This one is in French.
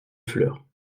fleurs